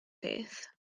peth